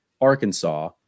Arkansas